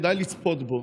כדאי לצפות בו,